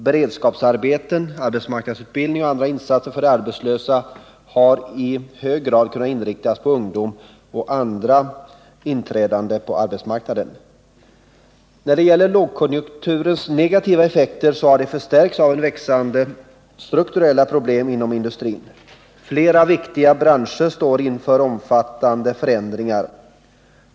Beredskapsarbeten, arbetsmarknadsutbildning och andra insatser för de arbetslösa har i hög grad kunnat inriktas på ungdom och andra inträdande på arbetsmarknaden. När det gäller lågkonjunkturens negativa effekter så har dessa förstärkts av växande strukturella problem inom industrin. Flera viktiga branscher står inför omfattande förändringar.